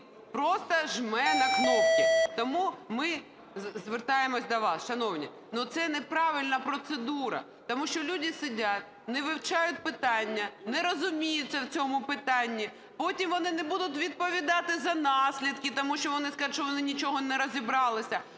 просто жме на кнопки. Тому ми звертаємося до вас, шановні: це неправильна процедура, тому що люди сидять, не вивчають питання, не розуміються у цьому питанні, потім вони не будуть відповідати за наслідки, тому що вони скажуть, що вони нічого не розібралися.